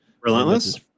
relentless